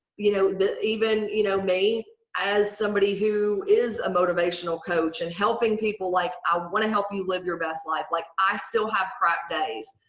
you know that even you know me as somebody who is a motivational coach and helping people like i want to help you live your best life. like, i still have crap days.